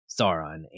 Sauron